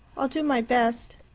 i'll do my best.